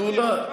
נו, מה?